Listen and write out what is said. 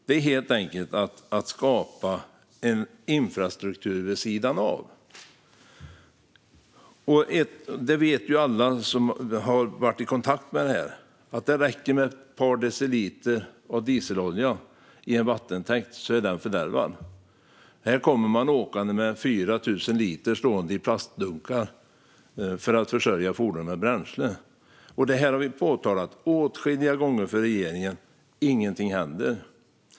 Det är helt enkelt som att skapa en infrastruktur vid sidan av. Alla som har varit i kontakt med dessa frågor vet att det räcker med ett par deciliter dieselolja i en vattentäkt för att den ska vara fördärvad. Här kommer man åkande med 4 000 liter i plastdunkar för att försörja fordonen med bränsle. Vi har påtalat detta åtskilliga gånger för regeringen, men ingenting händer.